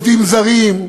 עובדים זרים,